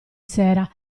sera